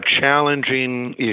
challenging